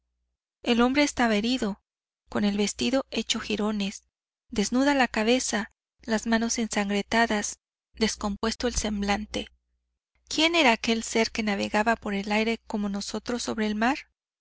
el hombre estaba herido con el vestido hecho girones desnuda la cabeza las manos ensangrentadas descompuesto el semblante quién era aquél ser que navegaba por el aire como nosotros sobre el mar